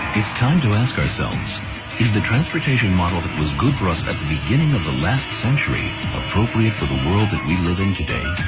it's time to ask ourselves is the transportation model that was good for us at the beginning of the last century appropriate for the world that we live in today?